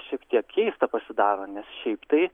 šiek tiek keista pasidaro nes šiaip tai